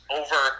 over